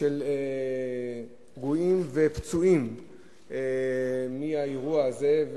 של פגועים ופצועים מהאירוע הזה.